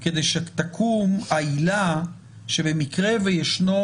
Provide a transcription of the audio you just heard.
כדי שתקום העילה שבמקרה וישנו